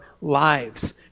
lives